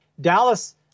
Dallas